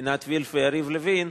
עינת וילף ויריב לוין,